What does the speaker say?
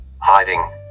hiding